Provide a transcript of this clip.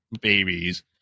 babies